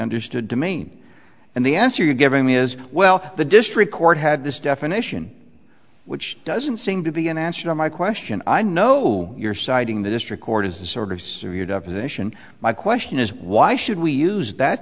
understood to mean and the answer you're giving me is well the district court had this definition which doesn't seem to be a national my question i know you're citing the district court as a sort of your definition my question is why should we use that